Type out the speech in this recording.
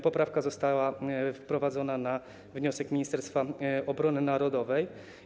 Poprawka została wprowadzona na wniosek Ministerstwa Obrony Narodowej.